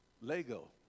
Lego